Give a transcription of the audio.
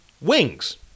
Wings